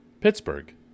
Pittsburgh